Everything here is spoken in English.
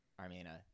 Armina